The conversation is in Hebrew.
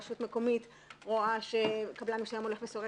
רשות מקומית רואה שקבלן מורשה הולך ושורף,